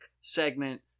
segment